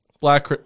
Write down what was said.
black